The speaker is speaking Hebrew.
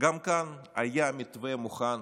גם כאן היה מתווה מוכן,